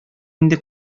инде